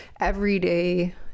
everyday